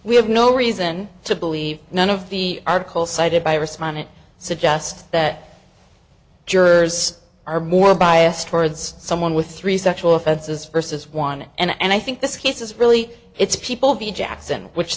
we have no reason to believe none of the article cited by respondent suggest that jers are more biased towards someone with three sexual offenses versus one and i think this case is really it's people be jackson which